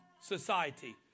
society